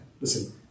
listen